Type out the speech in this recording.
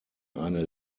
eine